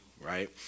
right